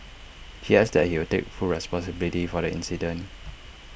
he adds that he will takes full responsibility for the incident